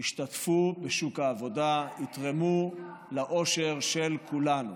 ישתתפו בשוק העבודה ויתרמו לעושר של כולנו.